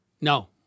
No